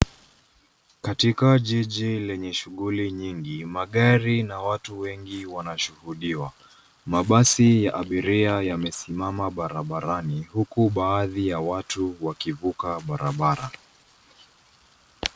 Katika jiji lenye shughuli nyingi, magari na watu wengi wanashuhudiwa. Mabasi ya abiria yamesimama barabarani huku baadhi ya watu wakivuka barabara.